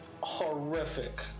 Horrific